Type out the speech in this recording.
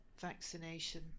vaccination